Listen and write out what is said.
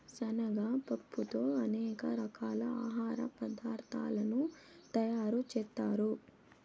శనగ పప్పుతో అనేక రకాల ఆహార పదార్థాలను తయారు చేత్తారు